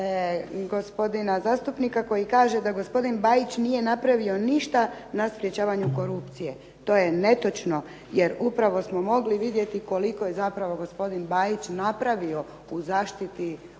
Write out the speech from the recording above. gospodina zastupnika koji kaže da gospodin Bajić nije napravio ništa na sprječavanju korupcije. To je netočno jer upravo smo mogli vidjeti koliko je zapravo gospodin Bajić napravio u zaštiti, u